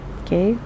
okay